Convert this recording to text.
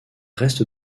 reste